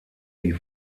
die